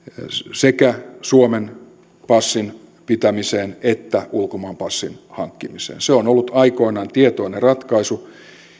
sekä suomen passin pitämiseen että ulkomaan passin hankkimiseen se on ollut aikoinaan tietoinen ratkaisu